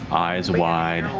eyes wide,